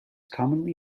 commonly